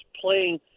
playing –